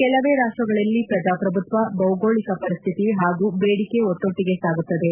ಕೆಲವೇ ರಾಷ್ವಗಳಲ್ಲಿ ಪ್ರಜಾಪ್ರಭುತ್ವ ಭೌಗೋಳಿಕ ಪರಿಸ್ತಿತಿ ಹಾಗೂ ಬೇದಿಕೆ ಒಟ್ಟೊಟ್ಟಿಗೆ ಸಾಗುತ್ತದೆ